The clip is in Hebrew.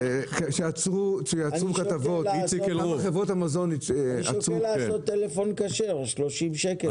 יצרו כתבות --- אני שוקל לעשות טלפון כשר 30 שקל,